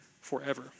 forever